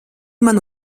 man